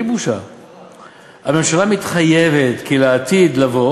בלי בושה: הממשלה מתחייבת כי לעתיד לבוא